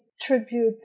tribute